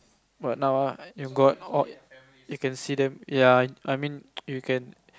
but now ah you got you can see them ya I mean you can